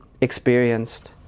experienced